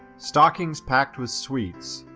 stockings packed with sweets,